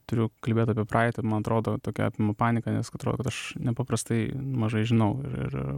turiu kalbėt apie praeitį man atrodo tokia apima panika nes atrodo aš nepaprastai mažai žinau ir ir